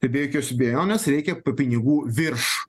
tai be jokios abejonės reikia pa pinigų virš